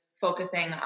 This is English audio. focusing